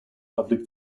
public